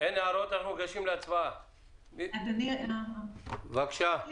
אין מתנגדים, אין